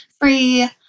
free